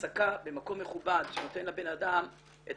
העסקה במקום מכובד שנותן לבנאדם את